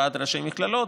ועד ראשי המכללות,